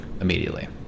immediately